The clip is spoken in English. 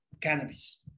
cannabis